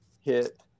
hit